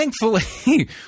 thankfully